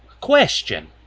question